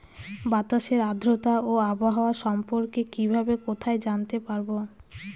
বাতাসের আর্দ্রতা ও আবহাওয়া সম্পর্কে কিভাবে কোথায় জানতে পারবো?